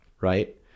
right